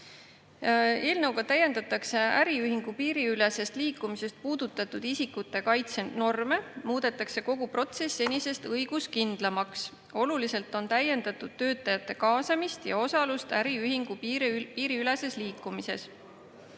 Eelnõuga täiendatakse äriühingu piiriülesest liikumisest puudutatud isikute kaitse norme ja muudetakse kogu protsess senisest õiguskindlamaks. Oluliselt on täiendatud töötajate kaasamist ja osalust äriühingu piiriüleses liikumises.